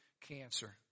cancer